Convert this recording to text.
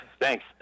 Thanks